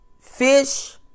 fish